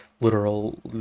literal